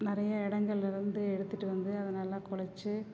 நிறைய இடங்கள்லருந்து எடுத்துகிட்டு வந்து அதை நல்லா குழைச்சி